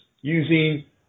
using